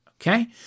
Okay